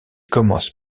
commence